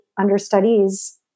understudies